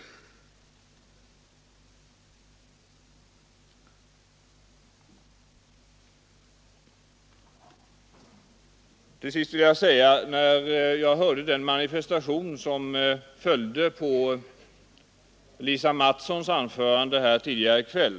Till sist vill jag säga något om den manifestation som följde på fröken Mattsons anförande här tidigare i kväll.